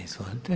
Izvolite.